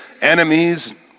enemies